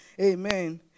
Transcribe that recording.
Amen